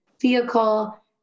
vehicle